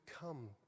come